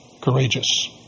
courageous